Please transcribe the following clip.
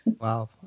wow